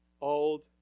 old